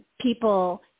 people